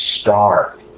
star